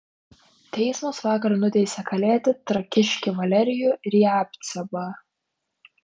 teismas vakar nuteisė kalėti trakiškį valerijų riabcevą